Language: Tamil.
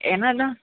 என்னென்னா